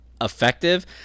effective